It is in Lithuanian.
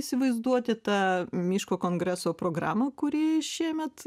įsivaizduoti tą miško kongreso programą kuri šiemet